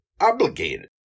obligated